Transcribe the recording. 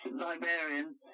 librarian